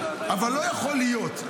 אבל לא יכול להיות,